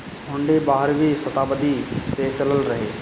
हुन्डी बारहवीं सताब्दी से चलल रहे